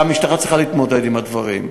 והמשטרה צריכה להתמודד עם הדברים.